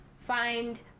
find